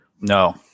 No